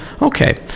Okay